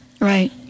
Right